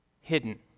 hidden